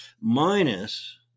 minus